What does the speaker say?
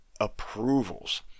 approvals